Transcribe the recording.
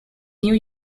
new